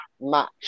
match